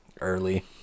early